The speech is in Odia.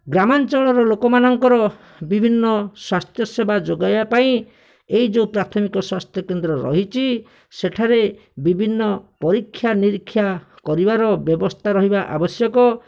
ଗ୍ରାମାଞ୍ଚଳର ଲୋକମାନଙ୍କର ବିଭିନ୍ନ ସ୍ୱାସ୍ଥ୍ୟସେବା ଯୋଗାଇବା ପାଇଁ ଏହି ଯେଉଁ ପ୍ରାଥମିକ ସ୍ବାସ୍ଥ୍ୟକେନ୍ଦ୍ର ରହିଛି ସେଠାରେ ବିଭିନ୍ନ ପରୀକ୍ଷା ନିରୀକ୍ଷା କରିବାର ବ୍ୟବସ୍ଥା ରହିବା ଆବଶ୍ୟକ